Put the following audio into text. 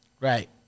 Right